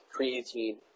creatine